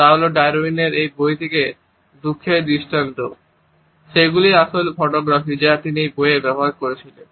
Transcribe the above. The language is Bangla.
তা হল ডারউইনের এই বই থেকে দুঃখের দৃষ্টান্ত। সেগুলোই আসল ফটোগ্রাফ যা তিনি এই বইয়ে ব্যবহার করেছিলেন